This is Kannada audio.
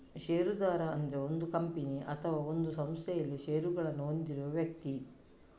ಷೇರುದಾರ ಅಂದ್ರೆ ಒಂದು ಕಂಪನಿ ಅಥವಾ ಒಂದು ಸಂಸ್ಥೆನಲ್ಲಿ ಷೇರುಗಳನ್ನ ಹೊಂದಿರುವ ವ್ಯಕ್ತಿ